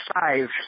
five